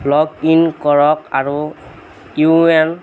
লগ in কৰক আৰু U A N